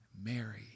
Mary